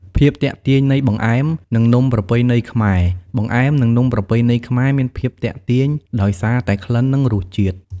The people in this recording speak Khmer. ភាពទាក់ទាញនៃបង្អែម និងនំប្រពៃណីខ្មែរ៖បង្អែម និងនំប្រពៃណីខ្មែរមានភាពទាក់ទាញដោយសារតែក្លិន និងរសជាតិ។